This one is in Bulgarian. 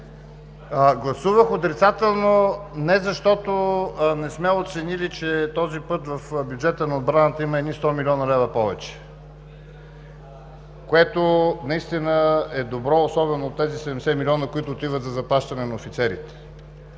Гласувах отрицателно, не защото не сме оценили, че този път в бюджета на отбраната има едни 100 милиона лева повече, което наистина е добро, особено тези 70 милиона, които отиват за заплащане на офицерите,